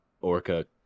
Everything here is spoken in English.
orca